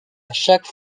chaque